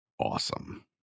awesome